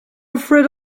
afraid